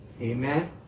Amen